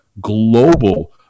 global